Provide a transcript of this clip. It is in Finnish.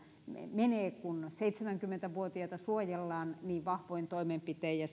menee kun seitsemänkymmentä vuotiaita suojellaan niin vahvoin toimenpitein ja